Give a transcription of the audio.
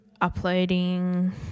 uploading